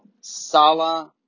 Sala